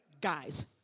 Guys